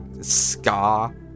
scar